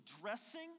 dressing